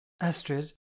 Astrid